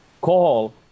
call